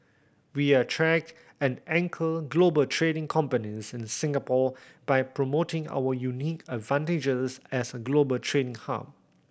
we attract and anchor global trading companies in Singapore by promoting our unique advantages as a global trading hub